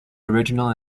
original